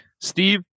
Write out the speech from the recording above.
Steve